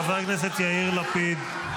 חבר הכנסת יאיר לפיד.